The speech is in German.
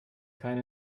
kein